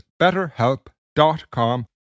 betterhelp.com